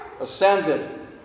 ascended